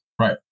Right